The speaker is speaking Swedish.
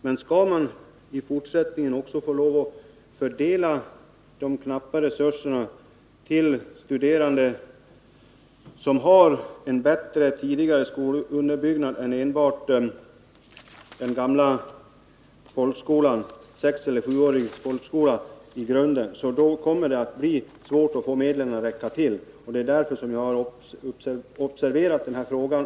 Men får man lov att fördela de knappa resurserna även till studerande som har en bättre tidigare skolunderbyggnad än enbart 6 eller 7-årig folkskola, då kommer det att bli svårt att få medlen att räcka till. Det är därför jag har aktualiserat den här frågan.